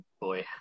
boy